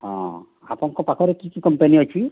ହଁ ଆପଣଙ୍କ ପାଖରେ କି କି କମ୍ପାନୀ ଅଛି